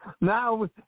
Now